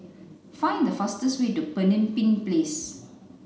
find the fastest way to Pemimpin Place